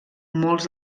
molts